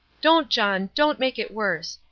don't, john, don't make it worse.